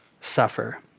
suffer